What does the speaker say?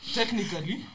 technically